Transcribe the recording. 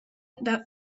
about